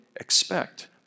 Expect